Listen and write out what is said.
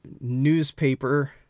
newspaper